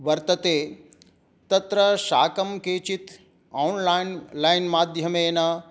वर्तते तत्र शाकं केचित् आन्लैन् लैन् माध्यमेन